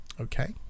Okay